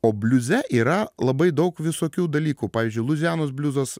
o bliuze yra labai daug visokių dalykų pavyzdžiui luizianos bliuzas